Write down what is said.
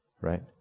right